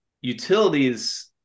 utilities